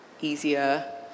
easier